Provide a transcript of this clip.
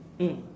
mm